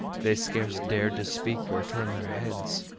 they scarce dared to speak or turn their heads.